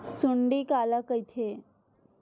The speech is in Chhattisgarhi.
सुंडी काला कइथे?